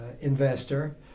investor